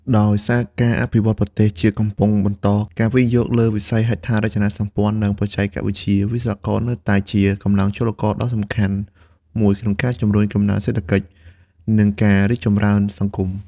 ដោយសារការអភិវឌ្ឍន៍ប្រទេសជាតិកំពុងបន្ត ការវិនិយោគលើវិស័យហេដ្ឋារចនាសម្ព័ន្ធ និងបច្ចេកវិទ្យា វិស្វករនៅតែជា កម្លាំងចលករដ៏សំខាន់ មួយក្នុងការជំរុញកំណើនសេដ្ឋកិច្ច និងការរីកចម្រើនសង្គម។